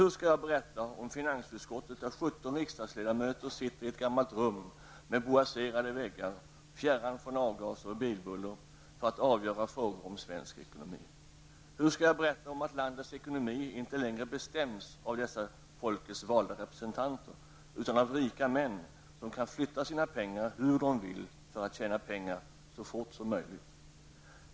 Hur skall jag berätta om finansutskottet, där 17 riksdagsledamöter sitter i ett gammalt rum med boaserade väggar, fjärran från avgaser och bilbuller, för att avgöra frågor om svensk ekonomi? Hur skall jag berätta om att landets ekonomi inte längre bestäms av dessa folkets valda representanter utan av rika män, som kan flytta sina pengar hur de vill för att tjäna pengar så fort som möjligt?